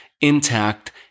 intact